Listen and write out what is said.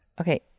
Okay